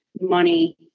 money